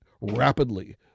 rapidly